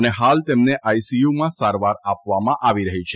અને હાલ તેમને આઇસીયુમાં સારવાર આપવામાં આવી રહી છે